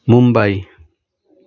Mumbai